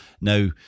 Now